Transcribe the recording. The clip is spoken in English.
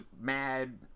mad